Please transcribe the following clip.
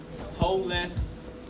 homeless